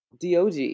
Dog